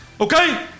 Okay